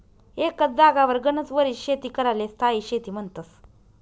एकच जागावर गनच वरीस शेती कराले स्थायी शेती म्हन्तस